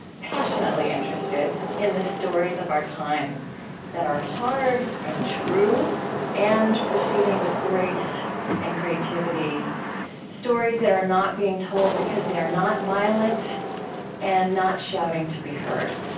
passionately interested, in the stories of our time that are hard and true and proceeding with grace and creativity stories that are not being told, because they are not violent and not shouting to be heard.